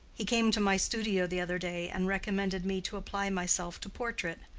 he came to my studio the other day and recommended me to apply myself to portrait.